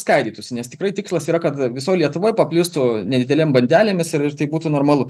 skaidytųsi nes tikrai tikslas yra kad visoj lietuvoj paplistų nedideliam bandelėmis ir tai būtų normalu